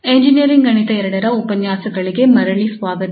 engineering ಗಣಿತ II ರ ಉಪನ್ಯಾಸಗಳಿಗೆ ಮರಳಿ ಸ್ವಾಗತ